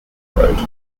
road